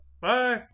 bye